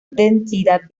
densidad